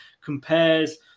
compares